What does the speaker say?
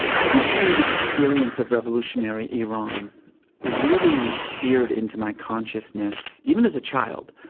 i think the experience of revolutionary iran really seared into my consciousness, even as a child,